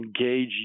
engage